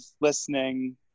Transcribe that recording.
listening